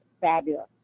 fabulous